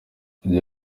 yagize